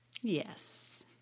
Yes